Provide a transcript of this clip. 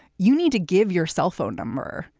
you need to give your cell phone number.